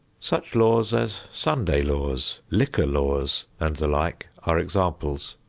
such laws as sunday laws, liquor laws and the like are examples.